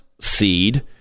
seed